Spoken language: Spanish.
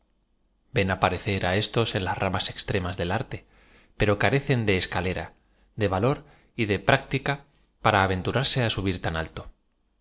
ven aparecer á éstos en las ramas e s tremas del arte pero carecen de escalera de v a lo r y de prác tico para aventurarse á subir tan alto